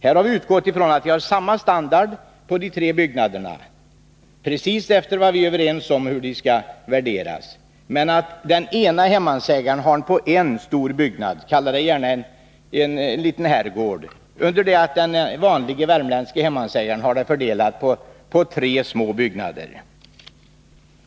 Här har jag utgått från att alla tre byggnaderna har samma standard, värderade precis efter de regler vi är överens om. Den ene hemmansägaren har en stor byggnad — kalla det gärna en liten herrgård — under det att den vanlige hemmansägaren har sin egendom fördelad på tre små byggnader.